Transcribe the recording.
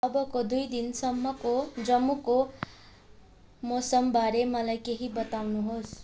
अबको दुई दिनसम्मको जम्मूको मौसमबारे मलाई केही बताउनुहोस्